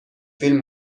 فیلم